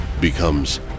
becomes